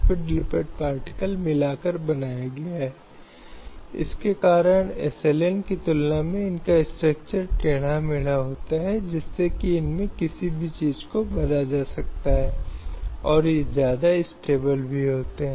यह खतरे बल उत्पीड़न धोखाधड़ी शक्ति का दुरुपयोग आदि से प्रभावित होता है और इस तरह के शोषण में शारीरिक शोषण यौन शोषण दासता सेवा या अंगों को जबरन हटाना शामिल है